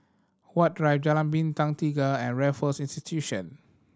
Huat Drive Jalan Bintang Tiga and Raffles Institution